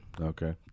okay